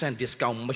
discount